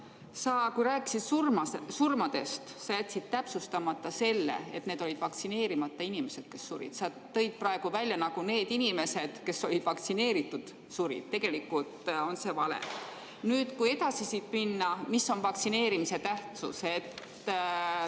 Aga kui sa rääkisid surmadest, siis sa jätsid täpsustamata selle, et need olid vaktsineerimata inimesed, kes surid. Sa tõid praegu välja need andmed nii, nagu oleks need inimesed, kes olid vaktsineeritud, surnud. Tegelikult on see vale. Nüüd, kui siit edasi minna, mis on vaktsineerimise tähtsus?